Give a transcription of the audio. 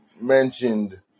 mentioned